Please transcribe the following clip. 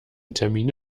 termine